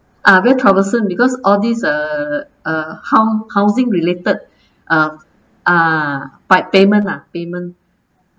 uh very troublesome because all this uh uh hou~ housing related uh ah by payment lah payment